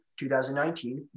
2019